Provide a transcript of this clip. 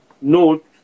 note